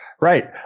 Right